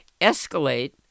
Escalate